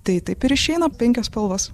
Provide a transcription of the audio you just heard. tai taip ir išeina penkios spalvos